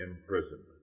imprisonment